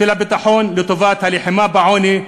של הביטחון לטובת הלחימה בעוני,